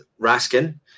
Raskin